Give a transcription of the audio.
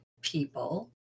people